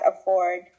afford